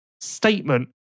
statement